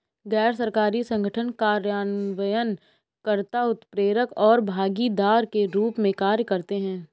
गैर सरकारी संगठन कार्यान्वयन कर्ता, उत्प्रेरक और भागीदार के रूप में कार्य करते हैं